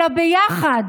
אלא ביחד